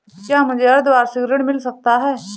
क्या मुझे अर्धवार्षिक ऋण मिल सकता है?